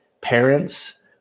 parents